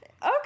Okay